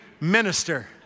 minister